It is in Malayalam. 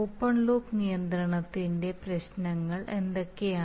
ഓപ്പൺ ലൂപ്പ് നിയന്ത്രണത്തിന്റെ പ്രശ്നങ്ങൾ എന്തൊക്കെയാണ്